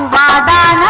da da